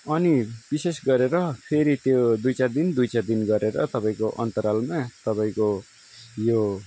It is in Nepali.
अनि विशेष गरेर फेरि त्यो दुई चार दिन दुई चार दिन गरेर तपाईँको अन्तरालमा तपाईँको यो